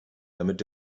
damit